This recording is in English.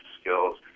skills